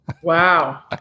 Wow